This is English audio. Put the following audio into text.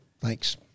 Thanks